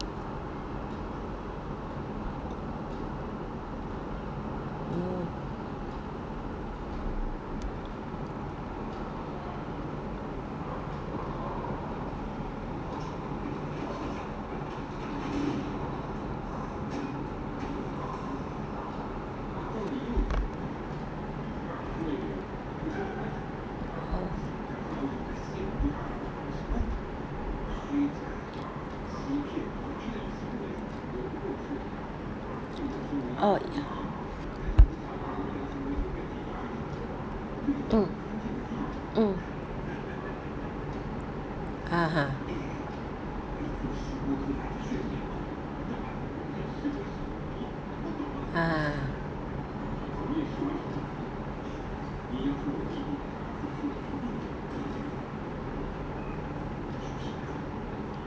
mm oh oh mm mm (uh huh) ah